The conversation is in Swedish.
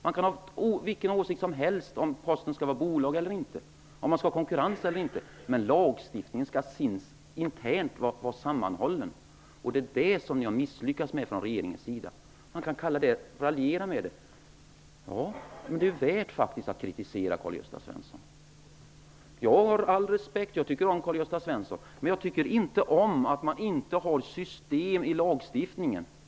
Man kan ha vilken åsikt som helst om Posten skall vara ett bolag eller inte och om man skall ha konkurrens eller inte, men lagstiftningen skall vara sammanhållen. Det är det som regeringen har misslyckats med. Man kan kalla det att raljera, men det är faktiskt värt att kritisera, Karl-Gösta Svenson! Jag respekterar och tycker om Karl-Gösta Svenson, men jag tycker inte om att det inte finns system i lagstiftningen.